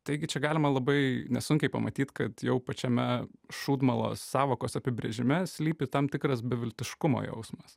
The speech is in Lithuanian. taigi čia galima labai nesunkiai pamatyt kad jau pačiame šūdmalos sąvokos apibrėžime slypi tam tikras beviltiškumo jausmas